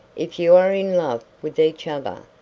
if you are in love with each other,